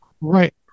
Right